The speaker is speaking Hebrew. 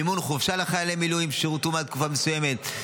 מימון חופשה לחיילי מילואים ששירתו מעל תקופה מסוימת,